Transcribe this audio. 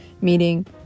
meeting